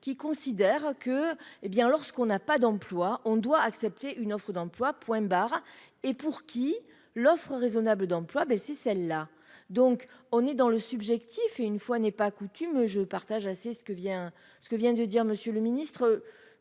qui considèrent que, hé bien, lorsqu'on n'a pas d'emploi on doit accepter une offre d'emploi, point barre, et pour qui l'offre raisonnable d'emploi ben si celle-là, donc on est dans le subjectif et une fois n'est pas coutume je partage assez ce que vient ce que vient